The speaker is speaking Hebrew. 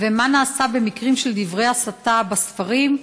2. מה נעשה במקרים של דברי הסתה בספרים,